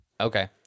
Okay